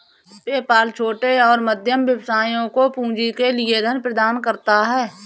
PayPal छोटे और मध्यम व्यवसायों को पूंजी के लिए धन प्रदान करता है